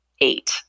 eight